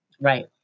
Right